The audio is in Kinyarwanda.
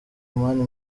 mani